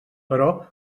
però